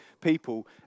people